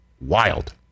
wild